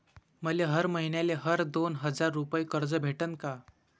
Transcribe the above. मले हर मईन्याले हर दोन हजार रुपये कर्ज भेटन का?